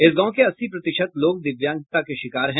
इस गांव के अस्सी प्रतिशत लोग दिव्यांगता के शिकार है